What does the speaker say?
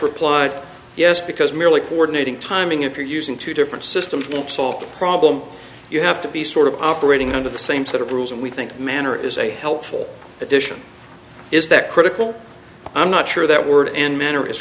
replied yes because merely cordoning timing if you're using two different systems won't solve the problem you have to be sort of operating under the same set of rules and we think manner is a helpful addition is that critical i'm not sure that word and m